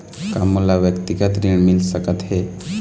का मोला व्यक्तिगत ऋण मिल सकत हे?